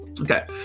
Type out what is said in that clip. Okay